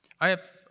i have